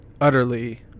utterly